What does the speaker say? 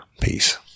Peace